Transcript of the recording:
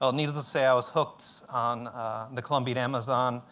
well, needless to say, i was hooked on the colombian amazon,